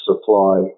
supply